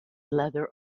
leather